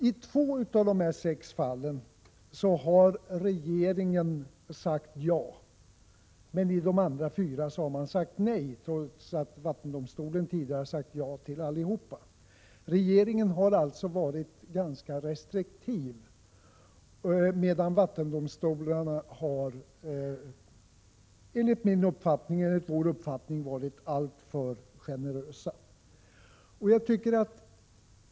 I två av dessa sex fall har regeringen sagt ja men i de andra fyra nej, trots att vattendomstolarna tidigare hade sagt ja till alla utbyggnaderna. Regeringen har alltså varit ganska restriktiv medan vattendomstolarna, enligt vår uppfattning, har varit alltför generösa.